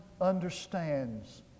understands